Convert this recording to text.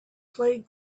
play